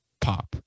pop